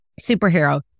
superhero